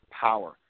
power